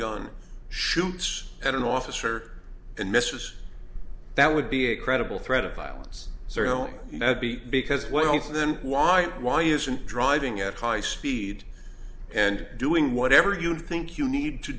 gun shoots at an officer and mistress that would be a credible threat of violence serial because well so then why why isn't driving at high speed and doing whatever you think you need to